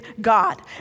God